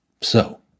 So